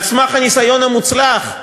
על סמך הניסיון המוצלח?